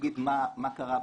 אגיד מה קרה בהמשך.